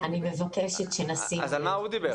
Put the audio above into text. אני מבקשת -- אז על מה הוא דיבר?